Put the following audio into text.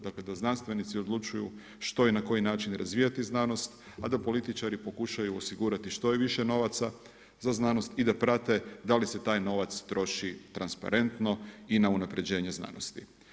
Dakle da znanstvenici odlučuju što i na koji način razvijati znanost a da političari pokušaju osigurati što više novaca za znanost i da prate da li se taj novac troši transparentno i na unapređenje znanosti.